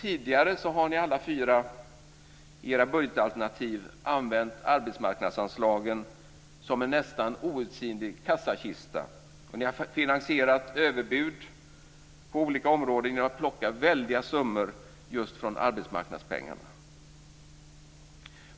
Tidigare har alla fyra i sina budgetalternativ använt arbetsmarknadsanslagen som en nästan outsinlig kassakista.